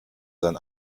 sein